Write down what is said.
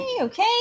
okay